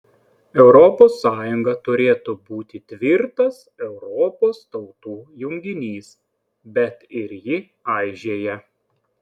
europos sąjunga turėtų būti tvirtas europos tautų junginys bet ir ji aižėja